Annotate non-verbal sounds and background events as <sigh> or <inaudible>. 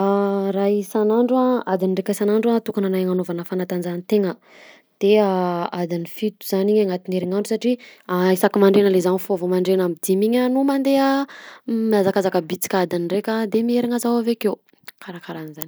<hesitation> Raha isan'andro a adiny raika isanandro antokananahy anaovana fanatanjahatena de a <hesitation> andiny fito zany agnatin'ny herignandro satria isaky mandraigna le zah mifoha vao mandraigna amy dimy iny a no mandeha mihazakazaka bitsika adiny raika de miherina zaho avakeo karakara anjany.